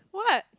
what